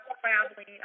family